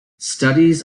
studies